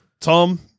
Tom